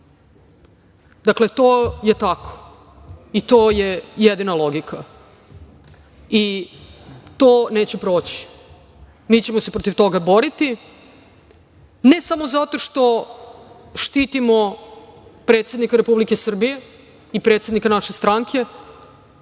Srbije. Dakle, to je tako i to je jedina logika i to neće proći. Mi ćemo se protiv toga boriti, ne samo zato što štitimo predsednika Republike Srbije i predsednika naše stranke,